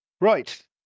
Right